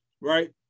right